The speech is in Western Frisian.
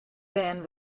bern